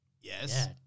Yes